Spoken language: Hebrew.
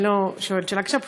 אני לא שואלת שאלה קשה.